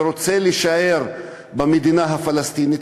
ורוצים להישאר במדינה הפלסטינית,